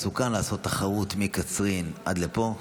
מסוכן לעשות תחרות מקצרין עד פה.